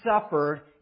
suffered